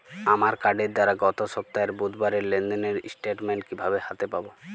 আমার কার্ডের দ্বারা গত সপ্তাহের বুধবারের লেনদেনের স্টেটমেন্ট কীভাবে হাতে পাব?